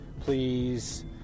please